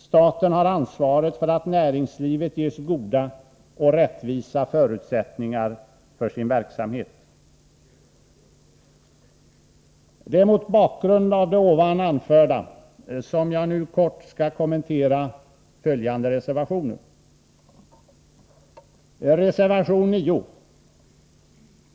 Staten har ansvaret för att näringslivet ges goda och rättvisa förutsättningar för sin verksamhet. Det är mot bakgrund av det här anförda som jag nu kort skall kommentera följande reservationer. Reservation 9.